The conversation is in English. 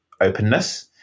openness